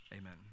amen